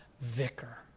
vicar